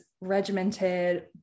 regimented